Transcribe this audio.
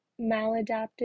maladaptive